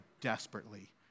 desperately